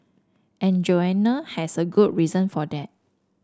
and Joanna has a good reason for that